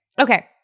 Okay